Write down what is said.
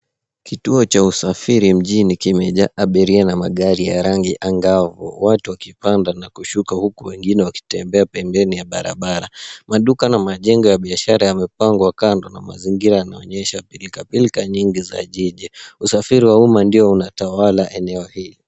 Kituo cha usafiri mjini kimejaa abiria na magari ya rangi angavu watu wakipanda na kushuka huku wengine wakitembea pembeni ya barabara. Maduka na majengo ya biashara yamepangwa kando na mazingira yanaoneyesha pilkapilka nyingi za jiji, usafiri wa umma ndio unatawala eneo hii.